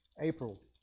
April